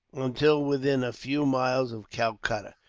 until within a few miles of calcutta.